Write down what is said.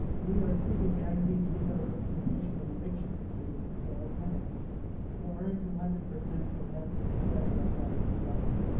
new york city guarantees legal representation in eviction proceedings to all tenants who earn two hundred percent or less of the federal poverty line.